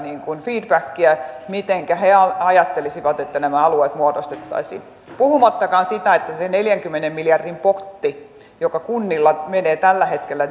feedbackiä mitenkä he ajattelisivat että nämä alueet muodostettaisiin puhumattakaan siitä että se neljänkymmenen miljardin potti joka kunnilla menee tällä hetkellä